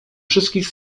wszystkich